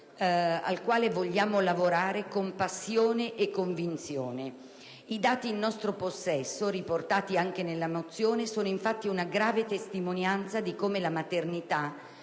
al quale vogliamo lavorare con passione e convinzione. I dati in nostro possesso, riportati anche nella mozione, sono infatti una grave testimonianza di come la maternità,